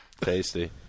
Tasty